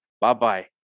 Bye-bye